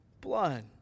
blood